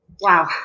Wow